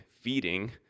feeding